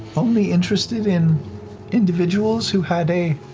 only interested in individuals who had a